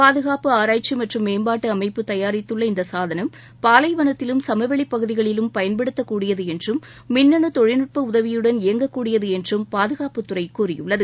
பாதுகாப்பு ஆராய்ச்சி மற்றும் மேம்பாட்டு அமைப்பு தயாரித்துள்ள இந்த பாலைவனத்திலும் சமவெளிப்பகுதிகளிலும் பயன்படுத்தக்கூடியது என்றும் மின்னனு தொழில்நுட்ப உதவியுடன் இயங்கக்கூடியது என்றும் பாதுகாப்புத்துறை கூறியுள்ளது